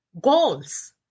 goals